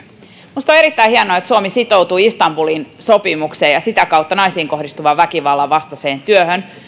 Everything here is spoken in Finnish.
minusta on erittäin hienoa että suomi sitoutui istanbulin sopimukseen ja sitä kautta naisiin kohdistuvan väkivallan vastaiseen työhön